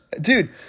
Dude